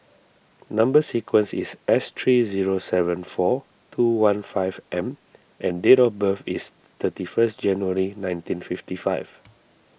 Number Sequence is S three zero seven four two one five M and date of birth is thirty first January nineteen fifty five